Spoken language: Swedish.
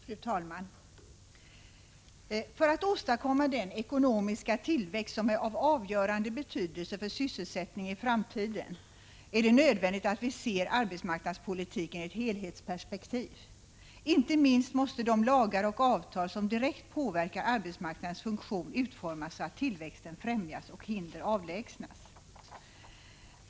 Fru talman! För att åstadkomma den ekonomiska tillväxt som är av avgörande betydelse för sysselsättningen i framtiden är det nödvändigt att se arbetsmarknadspolitiken i ett helhetsperspektiv. Inte minst måste de lagar och avtal som direkt påverkar arbetsmarknadens funktion utformas så att tillväxten främjas och hinder avlägsnas.